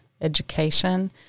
education